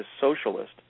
socialist